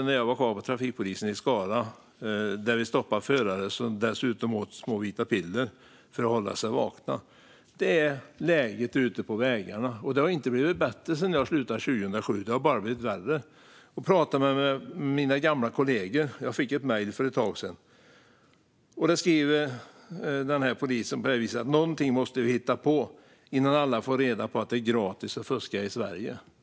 När jag var kvar på trafikpolisen i Skara hade vi några exempel där vi stoppade förare som åt små vita piller för att hålla sig vakna. Detta är läget ute på vägarna, och det har inte blivit bättre sedan jag slutade 2007. Det har bara blivit värre. Jag har kontakt med mina gamla kollegor, och för ett tag sedan fick jag ett mejl där en polis skriver att vi måste hitta på någonting innan alla får reda på att det är gratis att fuska i Sverige.